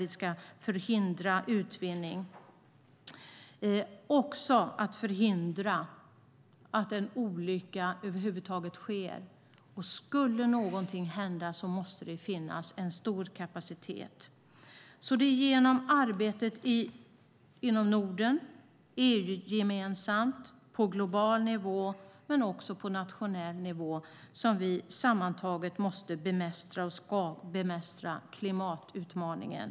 Det handlar också om att förhindra att en olycka sker, och skulle någonting hända måste det finnas en stor kapacitet. Det är genom arbetet inom Norden, EU, på global nivå och på nationell nivå som vi sammantaget måste bemästra, och ska bemästra, klimatutmaningen.